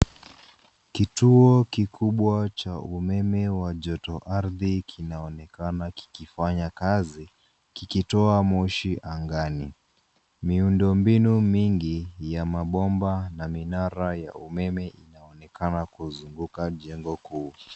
Kituo kikubwa cha umeme wa jotoardhi kinaonekana kikifanya kazi kikitoa moshi angani. Miundo mbinu mingi ya mabomba na minara ya umeme inaonekana kuzunguka jengo kuu.